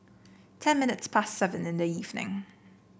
ten minutes past seven in the evening